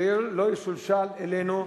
ולא ישולשל אלינו,